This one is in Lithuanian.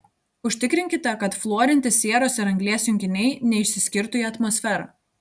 užtikrinkite kad fluorinti sieros ir anglies junginiai neišsiskirtų į atmosferą